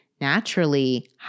naturally